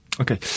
Okay